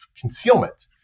concealment